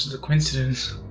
a coincidence.